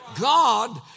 God